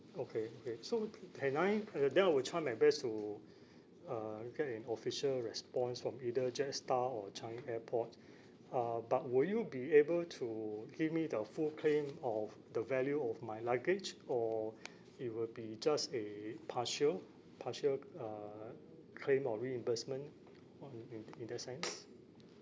okay okay so can I uh then I will try my best to uh get an official response from either jetstar or changi airport uh but will you be able to give me the full claim of the value of my luggage or it will be just a partial partial uh claim or reimbursement on in in that sense